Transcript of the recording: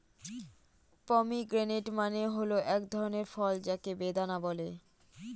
pomegranate মানে হল এক ধরনের ফল যাকে বেদানা বলে